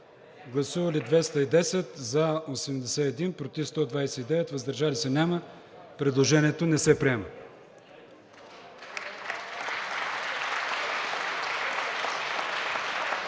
представители: за 81, против 129, въздържали се няма. Предложението не се приема.